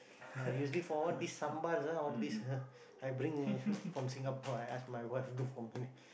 I usually for all these sambal ah all these ah I bring from Singapore I ask my wife bring for me